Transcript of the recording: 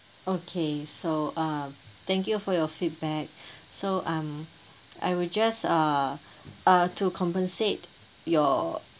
okay so uh thank you for your feedback so um I will just uh uh to compensate your uh your